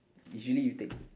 usually you take